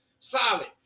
Solid